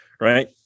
right